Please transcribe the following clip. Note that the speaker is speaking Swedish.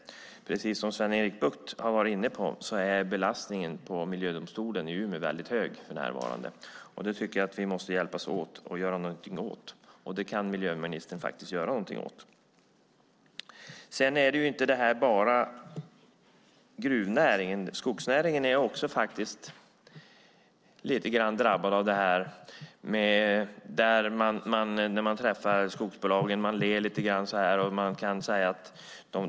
Precis som Sven-Erik Bucht har varit inne på är belastningen på miljödomstolen i Umeå mycket hög för närvarande. Jag tycker att vi måste hjälpas åt för att göra någonting åt det. Det kan miljöministern faktiskt göra någonting åt. Detta handlar inte bara om gruvnäringen. Skogsnäringen är faktiskt också lite drabbad av detta. När man träffar företrädarna för skogsbolagen ler de lite grann.